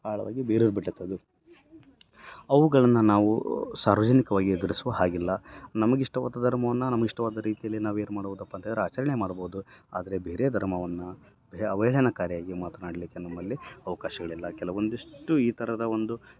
ಆಳವಾಗಿ ಬೇರೂರಿ ಬಿಟ್ಟಿತ್ತು ಅದು ಅವುಗಳನ್ನು ನಾವು ಸಾರ್ವಜನಿಕವಾಗಿ ಎದುರಿಸುವ ಹಾಗಿಲ್ಲ ನಮ್ಗೆ ಇಷ್ಟವಾದ ಧರ್ಮವನ್ನ ನಮ್ಗೆ ಇಷ್ಟವಾದ ರೀತಿಯಲ್ಲಿ ನಾವೇನು ಮಾಡ್ಬೋದಪ್ಪ ಅಂತೇಳದ್ರೆ ಆಚರಣೆ ಮಾಡ್ಬೋದು ಆದರೆ ಬೇರೆ ಧರ್ಮವನ್ನ ಅವಹೇಳನಕಾರಿಯಾಗಿ ಮಾತನಾಡಲಿಕ್ಕೆ ನಮ್ಮಲ್ಲಿ ಅವಕಾಶಗಳಿಲ್ಲ ಕೆಲವೊಂದಿಷ್ಟೂ ಈ ಥರದ ಒಂದು